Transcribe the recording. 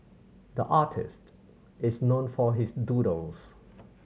the artist is known for his doodles